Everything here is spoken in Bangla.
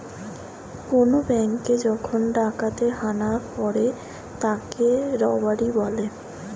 কোন ব্যাঙ্কে যখন ডাকাতের হানা পড়ে তাকে রবারি বলে